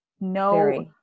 no